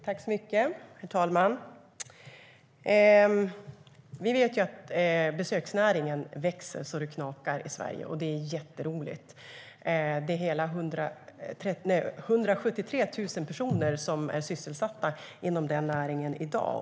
Herr ålderspresident! Vi vet att besöksnäringen växer så att det knakar i Sverige, och det är jätteroligt. Hela 173 000 personer är sysselsatta inom den näringen i dag.